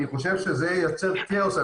אני חושב שזה ייצר כאוס.